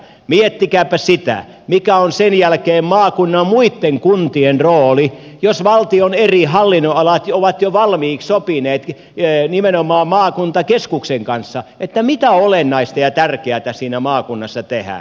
miettikääpä sitä mikä on sen jälkeen maakunnan muitten kuntien rooli jos valtion eri hallinnonalat ovat jo valmiiksi sopineet nimenomaan maakuntakeskuksen kanssa mitä olennaista ja tärkeätä siinä maakunnassa tehdään